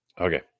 Okay